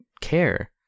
care